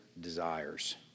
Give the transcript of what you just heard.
desires